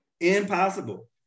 Impossible